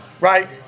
right